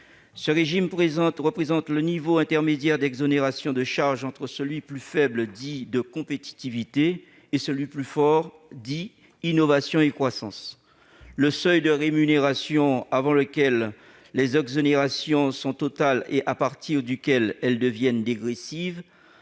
Ce régime représente le niveau intermédiaire d'exonération de charges entre celui, plus faible, dit « de compétitivité » et celui, plus fort, dit « innovation et croissance ». Le seuil de rémunération avant lequel les exonérations sont totales et à partir duquel elles deviennent dégressives